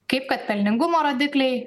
kaip kad pelningumo rodikliai